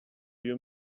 you